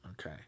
Okay